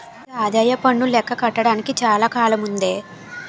ఒసే ఆదాయప్పన్ను లెక్క కట్టడానికి చాలా కాలముందే